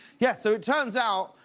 yeah so it turns out,